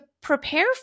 prepare